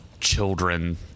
children